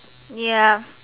ya